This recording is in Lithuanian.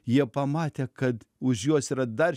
jie pamatė kad už juos yra dar